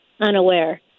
unaware